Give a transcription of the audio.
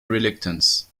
reluctance